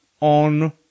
on